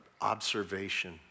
observation